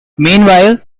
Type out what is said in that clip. meanwhile